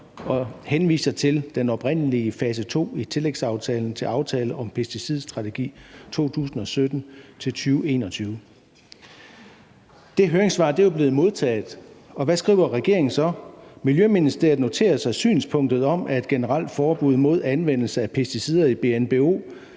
og henviser til den oprindelige fase 2 i tillægsaftalen til aftale om pesticidstrategi 2017-2021.« Det høringssvar er jo blevet modtaget, og hvad skriver regeringen så? »Miljøministeriet noterer sig synspunkterne om, at et generelt forbud mod anvendelse af pesticider i BNBO